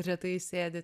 retai sėdi